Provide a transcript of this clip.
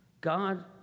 God